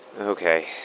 Okay